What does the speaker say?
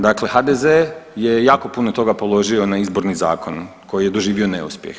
Dakle, HDZ je jako puno toga položio na izborni zakon koji je doživio neuspjeh.